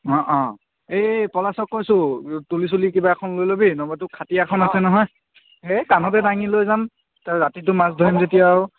অ' অ' এই পলাশক কৈছোঁ তুলি চুলি কিবা এখন লৈ ল'বি নহ'লে তোৰ খাটিয়াখন আছে নহয় এই কান্ধতে দাঙি লৈ যাম তাত ৰাতিটো মাছ ধৰিম যেতিয়া আৰু